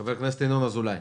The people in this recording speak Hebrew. חבר הכנסת ינון אזולאי.